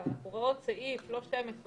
ראוי שזה יגיע